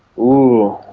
ooh,